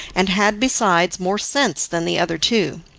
and had, besides, more sense than the other two.